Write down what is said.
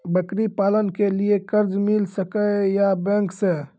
बकरी पालन के लिए कर्ज मिल सके या बैंक से?